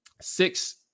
Six